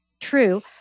true